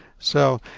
so,